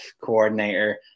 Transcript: coordinator